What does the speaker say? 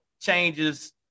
changes –